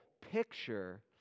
picture